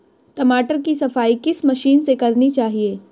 टमाटर की सफाई किस मशीन से करनी चाहिए?